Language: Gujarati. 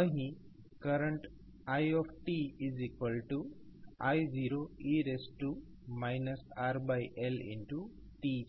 અને અહી કરંટ iI0e RLt છે